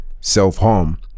self-harm